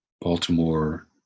Baltimore